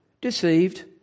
deceived